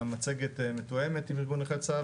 המצגת מתואמת עם ארגון נכי צה"ל,